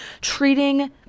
Treating